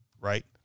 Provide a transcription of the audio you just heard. Right